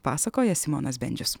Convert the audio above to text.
pasakoja simonas bendžius